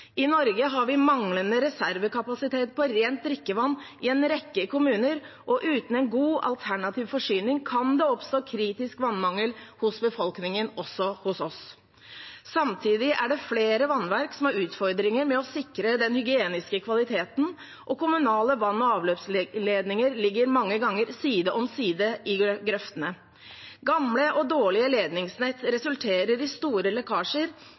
I Norge har vi manglende reservekapasitet på rent drikkevann i en rekke kommuner, og uten en god alternativ forsyning kan det oppstå kritisk vannmangel hos befolkningen også hos oss. Samtidig er det flere vannverk som har utfordringer med å sikre den hygieniske kvaliteten, og kommunale vann- og avløpsledninger ligger mange ganger side om side i grøftene. Gamle og dårlige ledningsnett resulterer i store lekkasjer,